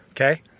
okay